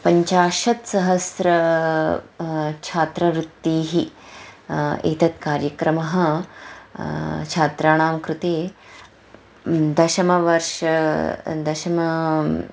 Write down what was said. पञ्चाशत्सहस्रं छात्रवृत्तिः एतत् कार्यक्रमः छात्राणां कृते दशमवर्ष दशम